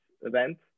event